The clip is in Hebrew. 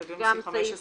דחינו את סעיפים 15 ו-16.